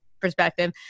perspective